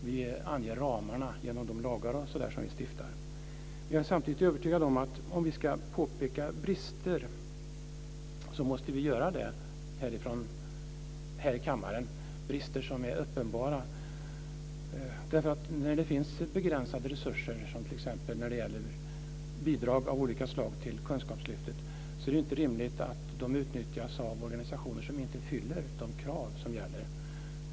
Vi anger ramarna genom de lagar osv. som vi stiftar. Jag är samtidigt övertygad om att om vi ska påpeka uppenbara brister måste vi göra det här i kammaren. När det finns begränsade resurser, som t.ex. när det gäller bidrag av olika slag till Kunskapslyftet, är det inte rimligt att de utnyttjas av organisationer som inte fyller de krav som gäller.